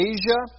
Asia